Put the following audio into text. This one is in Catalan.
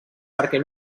perquè